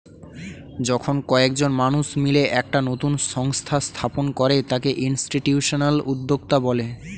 যখন কয়েকজন মানুষ মিলে একটা নতুন সংস্থা স্থাপন করে তাকে ইনস্টিটিউশনাল উদ্যোক্তা বলে